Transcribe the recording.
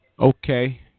Okay